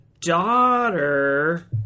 daughter